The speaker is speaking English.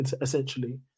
essentially